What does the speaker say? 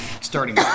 starting